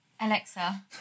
Alexa